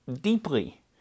deeply